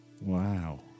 wow